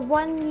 one